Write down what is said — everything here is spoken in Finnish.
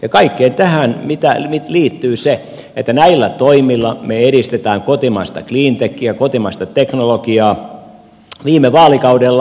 ja kaikkeen tähän liittyy se että näillä toimilla me edistimme kotimaista cleantechiä kotimaista teknologiaa viime vaalikaudella